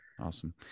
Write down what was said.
Awesome